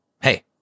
hey